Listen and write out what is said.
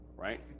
right